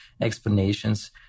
explanations